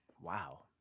wow